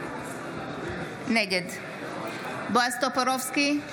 נגד בועז טופורובסקי,